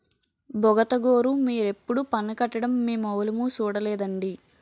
బుగతగోరూ మీరెప్పుడూ పన్ను కట్టడం మేమెవులుమూ సూడలేదండి